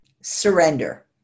surrender